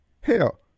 Hell